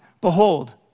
Behold